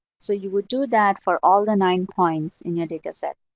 so you would do that for all the nine points in your data set,